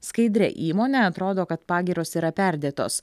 skaidria įmone atrodo kad pagyros yra perdėtos